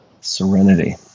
Serenity